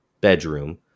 bedroom